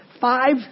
Five